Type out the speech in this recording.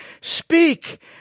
Speak